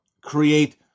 create